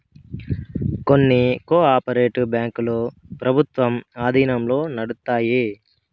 కొన్ని cooperative బ్యాంకులు ప్రభుత్వం ఆధీనంలో నడుత్తాయి